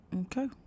okay